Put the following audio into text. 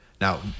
Now